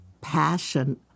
passion